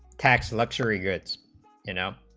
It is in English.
tax luxury goods you know